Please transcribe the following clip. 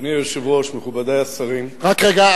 אדוני היושב-ראש, מכובדי השרים, רק רגע.